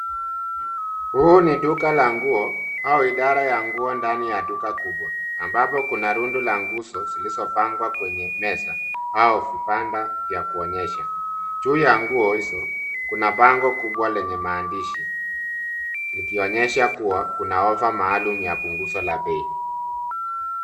Huu ni duka ya nguo au idara ya nguo ndani ya duka kubwa ambapo kuna rundo za nguzo zilizopangwa kwenye meza au vibanda vya kuonyesha. Juu ya nguo hizo kuna bango kubwa lenye maandishi. Likionyesha kuwa kuna ofa maalum la punguzo la bei.